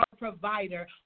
provider